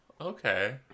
Okay